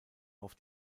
auf